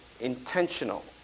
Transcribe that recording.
intentional